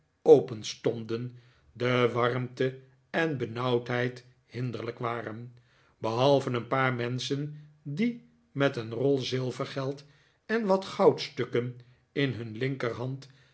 openstonden de warmte en benauwdheid hinderlijk waren behalve een paar menschen die met een rol zilvergeld en wat goudstukken in hun linkerhand